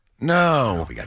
no